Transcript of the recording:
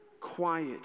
Quiet